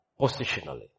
positionally